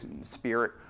spirit